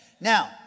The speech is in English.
Now